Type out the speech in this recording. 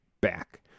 back